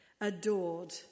adored